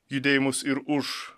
judėjimus ir už